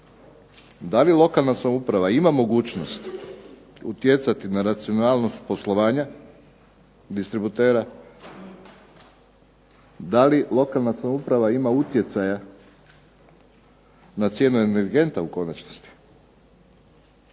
Da li lokalna samouprava ima mogućnost utjecati na racionalnost poslovanja distributera, da li lokalna samouprava ima utjecaja na cijenu energenta u konačnici.